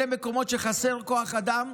אלה מקומות שחסר בהם כוח אדם.